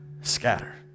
scatter